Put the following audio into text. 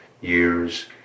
years